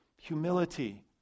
Humility